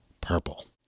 Purple